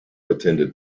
attended